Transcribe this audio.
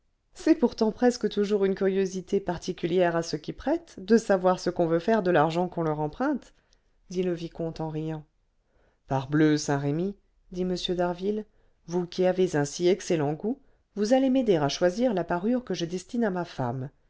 c'est pourtant presque toujours une curiosité particulière à ceux qui prêtent de savoir ce qu'on veut faire de l'argent qu'on leur emprunte dit le vicomte en riant parbleu saint-remy dit m d'harville vous qui avez un si excellent goût vous allez m'aider à choisir la parure que je destine à ma femme